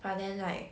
but then like